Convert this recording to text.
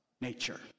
nature